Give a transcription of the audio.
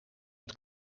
het